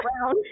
brown